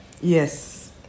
Yes